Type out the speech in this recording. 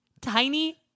tiny